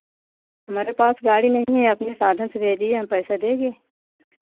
हमारे पास गाड़ी नहीं है अपने साधन से भेजिए हम पैसा देंगे